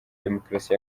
demokarasi